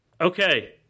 Okay